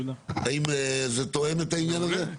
האם זה תואם את העניין הזה?